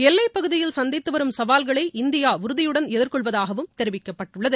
எல்லைப்பகுதியில் சந்தித்து ச வரும் சவால்களை இந்தியா உறுதியுடன் எதிர்கொள்வதாகவும் தெரிவிக்கப்பட்டுள்ளது